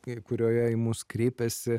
kai kurioje į mus kreipiasi